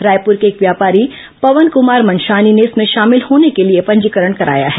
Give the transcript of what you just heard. रायपुर के एक व्यापारी पवन कुमार मनशानी ने इसमें शामिल होने के लिए पंजीकरण कराया है